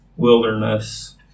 wilderness